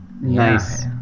Nice